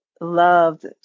loved